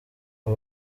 ngo